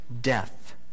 death